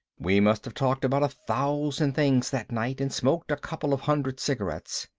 we must have talked about a thousand things that night and smoked a couple of hundred cigarettes.